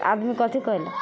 आदमी कथी कएल